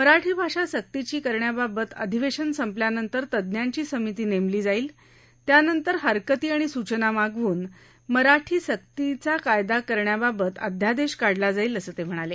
मराठी भाषा सक्तीची करण्याबाबत अधिवेशन संपल्यानंतर तज्ञांची समिती नेमली जाईल त्यानंतर हरकती आणि सूचना मागवून मराठी सक्तीचा कायदा करण्याबाबत अध्यादेश काढला जाईल असं ते म्हणाले